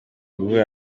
guhura